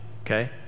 Okay